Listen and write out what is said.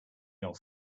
your